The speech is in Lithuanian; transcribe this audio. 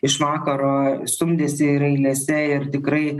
iš vakaro stumdėsi ir eilėse ir tikrai